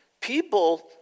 people